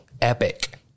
epic